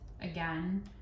again